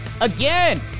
Again